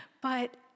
But-